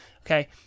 Okay